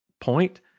point